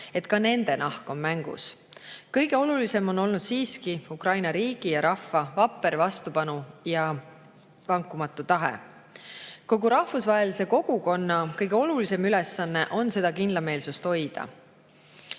et ka nende nahk on mängus. Kõige olulisem on olnud siiski Ukraina riigi ja rahva vapper vastupanu ja vankumatu tahe. Kogu rahvusvahelise kogukonna kõige olulisem ülesanne on seda kindlameelsust